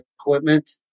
equipment